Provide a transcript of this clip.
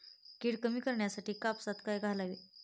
कीड कमी करण्यासाठी कापसात काय घालावे?